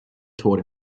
taught